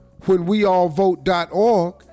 whenweallvote.org